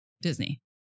Disney